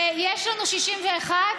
יש לנו 61?